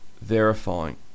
verifying